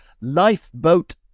Lifeboat